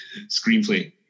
screenplay